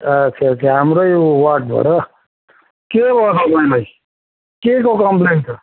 अच्छा अच्छा हाम्रो यो वार्डबाट के भयो तपाईँलाई केको कम्प्लेन छ